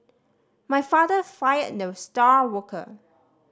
my father fired the star worker